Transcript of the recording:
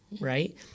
right